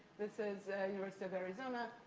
this is university of arizona.